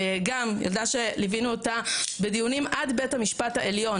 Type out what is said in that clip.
גם ילדה שליווינו אותה בדיונים עד בית המשפט העליון